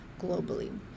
globally